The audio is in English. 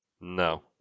No